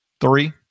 three